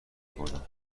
بردم